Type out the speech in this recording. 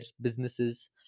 businesses